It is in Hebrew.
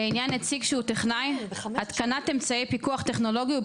(1)לעניין נציג שהוא טכנאי התקנת אמצעי פיקוח טכנולוגי,